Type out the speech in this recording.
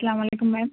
السّلام علیکم میم